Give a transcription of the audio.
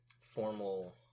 formal